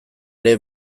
ere